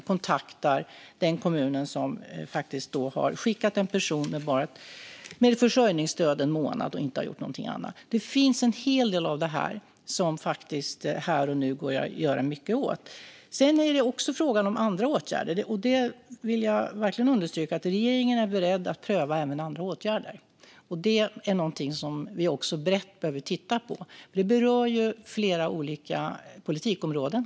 Man kontaktar den kommun som har skickat en person med försörjningsstöd en månad utan att ha gjort något annat. Det finns alltså en hel del av detta som det går att göra mycket åt här och nu. Sedan är det också fråga om andra åtgärder, och jag vill verkligen understryka att regeringen är beredd att pröva även andra åtgärder. Det är någonting som vi behöver titta på brett. Det berör flera olika politikområden.